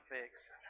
fix